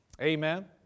Amen